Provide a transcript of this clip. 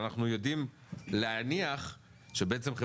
נאמר שזה על דעת הכתב בלבד,